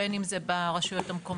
בין אם זה ברשויות המקומיות,